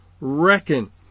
reckon